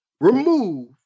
remove